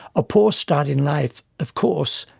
a poor start in life, of course,